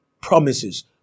promises